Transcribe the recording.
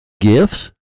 gifts